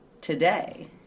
today